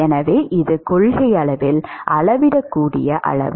எனவே இது கொள்கையளவில் அளவிடக்கூடிய அளவு